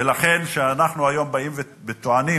ולכן, כשאנחנו באים היום וטוענים